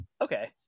Okay